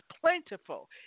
plentiful